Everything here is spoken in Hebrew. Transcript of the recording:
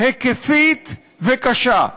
היקפית וקשה.